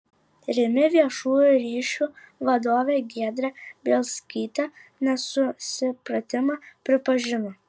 rimi viešųjų ryšių vadovė giedrė bielskytė nesusipratimą pripažino